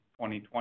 2020